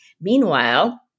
Meanwhile